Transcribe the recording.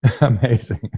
Amazing